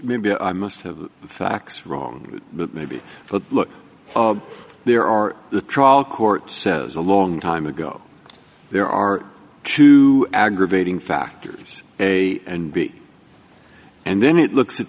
maybe i must have the facts wrong but maybe but look there are the trial court says a long time ago there are two aggravating factors a and b and then it looks at